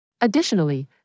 Additionally